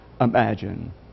imagine